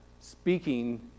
speaking